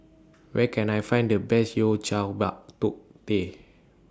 Where Can I Find The Best Yao Cai Bak Kut Teh